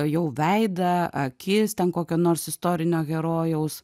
jau veidą akis ten kokio nors istorinio herojaus